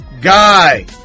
guy